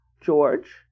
George